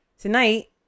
tonight